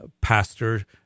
pastor